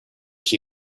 she